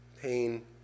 pain